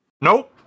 Nope